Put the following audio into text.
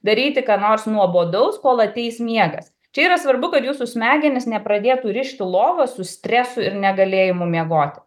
daryti ką nors nuobodaus kol ateis miegas čia yra svarbu kad jūsų smegenys nepradėtų rišti lovą su stresu ir negalėjimu miegoti